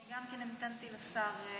גם אני המתנתי לשר.